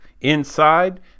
inside